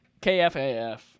KFAF